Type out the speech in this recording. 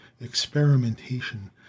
experimentation